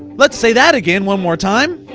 let's say that again one more time.